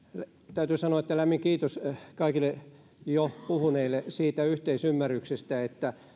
täytyy sanoa että lämmin kiitos kaikille jo puhuneille siitä yhteisymmärryksestä että